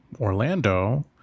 Orlando